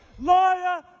Liar